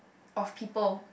of people